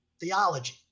theology